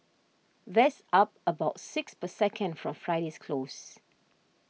that's up about six per second from Friday's close